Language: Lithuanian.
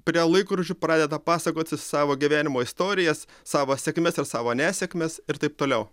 prie laikrodžių pradeda pasakoti savo gyvenimo istorijas savo sėkmes ir savo nesėkmes ir taip toliau